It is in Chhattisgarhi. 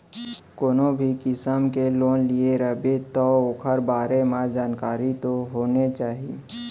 कोनो भी किसम के लोन लिये रबे तौ ओकर बारे म जानकारी तो होने चाही